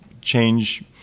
change